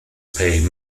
paying